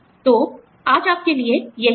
तो आज आपके लिए यही सब है